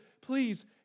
Please